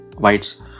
Whites